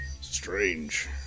Strange